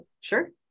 Sure